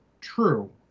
True